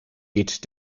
geht